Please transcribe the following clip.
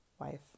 wife